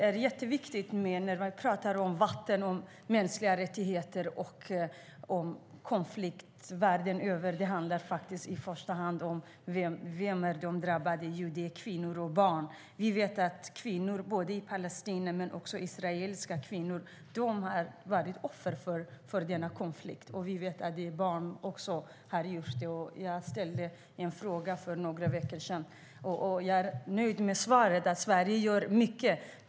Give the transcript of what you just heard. När det gäller vatten och mänskliga rättigheter i konflikter världen över är det i första hand kvinnor och barn som drabbas. Vi vet att kvinnor och barn i såväl Palestina som Israel är offer i denna konflikt. För några veckor sedan ställde jag en fråga om detta, och jag var nöjd med svaret att Sverige gör mycket.